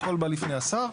הכל בא לפני השר,